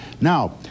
Now